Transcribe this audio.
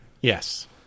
Yes